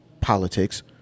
politics